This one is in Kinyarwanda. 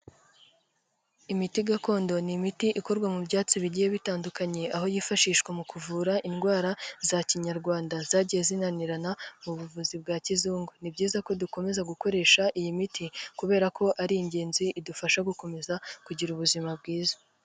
Imiti gakondo ni imiti ikorwa mu byatsi bigiye bitandukanye, aho yifashishwa mu kuvura indwara za kinyarwanda, zagiye zinanirana mu buvuzi bwa kizungu. Ni byiza ko dukomeza gukoresha iyi miti kubera ko ari ingenzi, idufasha gukomeza kugira ubuzima bwiza.